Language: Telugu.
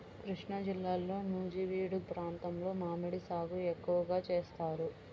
కృష్ణాజిల్లాలో నూజివీడు ప్రాంతంలో మామిడి సాగు ఎక్కువగా చేస్తారు